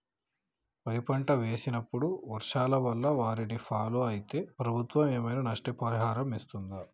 వరి పంట వేసినప్పుడు వర్షాల వల్ల వారిని ఫాలో అయితే ప్రభుత్వం ఏమైనా నష్టపరిహారం ఇస్తదా?